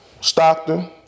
Stockton